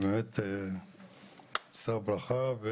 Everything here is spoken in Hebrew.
שא ברכה,